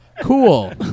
Cool